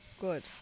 good